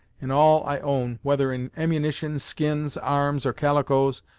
and all i own, whether in ammunition, skins, arms, or calicoes,